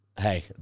hey